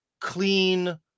clean